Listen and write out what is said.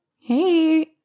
Hey